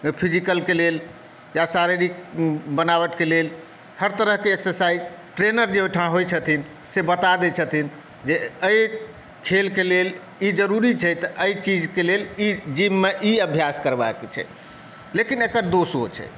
फ़िज़िकलके लेल या शारीरिक बनावटके लेल हर तरहके एक्सरसाइज ट्रेनर जे ओहिठाम होइ छथिन से बता दै छथिन जे एहि खेलके लेल ई ज़रूरी छै तऽ एहि चीजक लेल ई जिममे ई अभ्यास करबाक छै लेकिन एकर दोषो छै